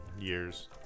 years